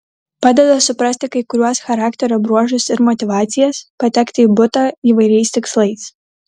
padeda suprasti kai kuriuos charakterio bruožus ir motyvacijas patekti į butą įvairiais tikslais